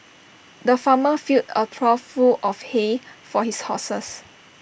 the farmer filled A trough full of hay for his horses